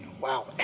Wow